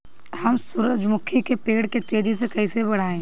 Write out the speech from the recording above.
हम सुरुजमुखी के पेड़ के तेजी से कईसे बढ़ाई?